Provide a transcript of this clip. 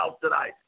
tonight